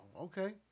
okay